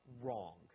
wrong